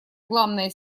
главная